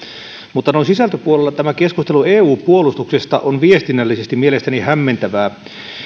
mutta noin sisältöpuolella tämä keskustelu eu puolustuksesta on viestinnällisesti mielestäni hämmentävää